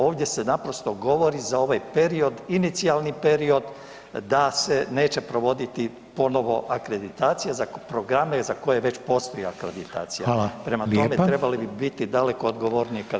Ovdje se naprosto govori za ovaj period, inicijalni period da se neće provoditi ponovo akreditacija za programe za koje već postoji akreditacija [[Upadica: Hvala lijepa.]] prema tome trebali bi biti daleko odgovorniji kad dajete